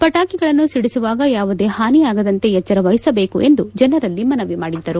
ಪಟಾಕಿಗಳನ್ನು ಸಿಡಿಸುವಾಗ ಯಾವುದೇ ಹಾನಿಯಾಗದಂತೆ ಎಚ್ಚರ ವಹಿಸಬೇಕು ಎಂದು ಜನರಲ್ಲಿ ಮನವಿ ಮಾಡಿದ್ದರು